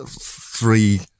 three